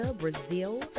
Brazil